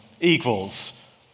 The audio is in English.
equals